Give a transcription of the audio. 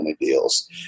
deals